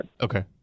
Okay